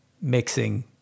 mixing